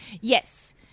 Yes